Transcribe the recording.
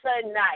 tonight